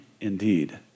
indeed